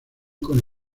con